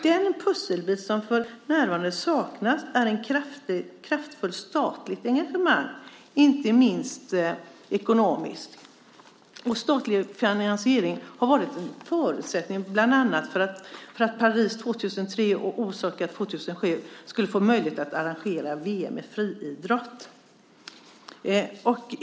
Den pusselbit som för närvarande saknas är ett kraftfullt statligt engagemang, inte minst ekonomiskt. Statlig finansiering har varit en förutsättning bland annat för att Paris 2003 och Osaka 2007 skulle få möjlighet att arrangera VM i friidrott.